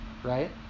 right